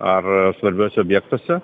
ar svarbiuose objektuose